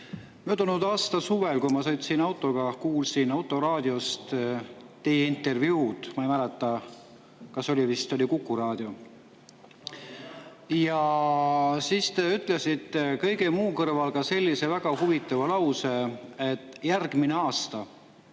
Möödunud aasta suvel, kui ma sõitsin autoga, kuulsin autoraadiost teie intervjuud. Ma ei mäleta, oli vist Kuku raadio. Ja siis te ütlesite kõige muu kõrval ka sellise väga huvitava lause, et järgmisel aastal,